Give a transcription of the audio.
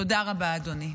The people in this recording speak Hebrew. תודה רבה, אדוני.